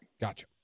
gotcha